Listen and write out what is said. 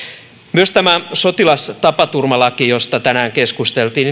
myös että tämä sotilastapaturmalaki josta tänään keskusteltiin